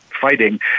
fighting